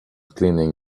cleaning